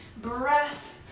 breath